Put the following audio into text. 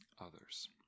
others